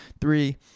three